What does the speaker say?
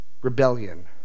Rebellion